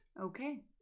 Okay